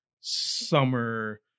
summer